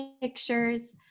pictures